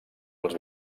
els